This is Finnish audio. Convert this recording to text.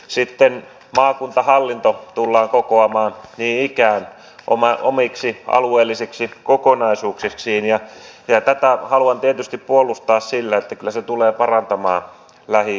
sitten maakuntahallinto tullaan kokoamaan niin ikään omiksi alueellisiksi kokonaisuuksikseen ja tätä haluan tietysti puolustaa sillä että kyllä se tulee parantamaan lähidemokratiaa